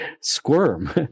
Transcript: squirm